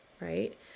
right